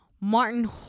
Martin